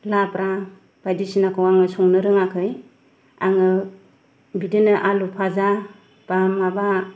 लाब्रा बायदिसिनाखौ आङो संनो रोङाखै आङो बिदिनो आलु फाजा बा माबा